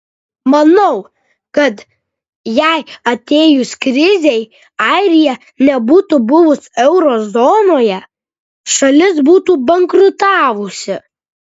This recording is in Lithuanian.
manau kad jei atėjus krizei airija nebūtų buvus euro zonoje šalis būtų bankrutavusi